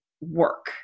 work